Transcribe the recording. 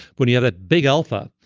when you have that big alpha,